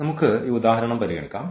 നമുക്ക് ഈ ഉദാഹരണം പരിഗണിക്കാം